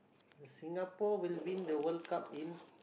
Singapore will win the World-Cup in